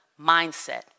mindset